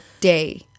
day